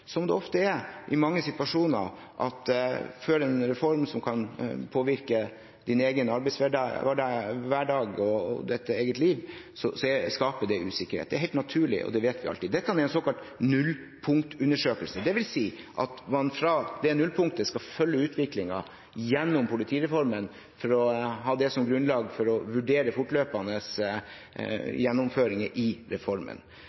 som det ofte er i mange situasjoner, at før en reform som kan påvirke din egen arbeidshverdag og ditt eget liv, skapes det usikkerhet. Det er helt naturlig, og det vet vi. Dette er en såkalt nullpunktundersøkelse. Det vil si at man fra det nullpunktet skal følge utviklingen gjennom politireformen, for å ha det som grunnlag for å vurdere fortløpende gjennomføringer i reformen.